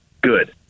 good